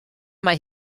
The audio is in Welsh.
mae